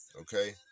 Okay